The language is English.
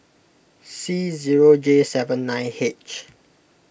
C zero J seven nine H